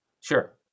Sure